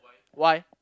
why